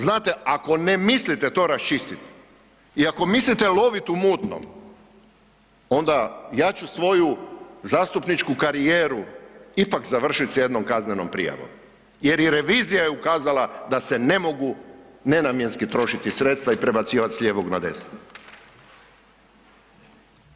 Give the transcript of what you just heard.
Znate, ako ne mislite to raščistit i ako mislite lovit u mutnom, onda ja ću svoju zastupničku karijeru ipak završit sa jednom kaznenom prijavom jer je revizija ukazala da se ne mogu nenamjenski trošiti sredstva i prebacivat s lijevog na desnog.